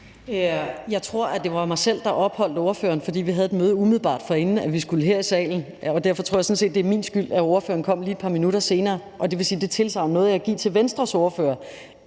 Jeg tror, det var mig selv, der opholdt ordføreren, fordi vi havde et møde, umiddelbart inden vi skulle herind i salen. Derfor tror jeg sådan set, at det er min skyld, at ordføreren kom lige et par minutter senere. Det vil sige, at det tilsagn nåede jeg at give til Venstres ordfører,